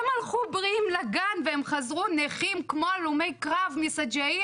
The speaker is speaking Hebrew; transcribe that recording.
הם הלכו בריאים לגן והם חזרו נכים כמו הלומי קרב מסג'עיה,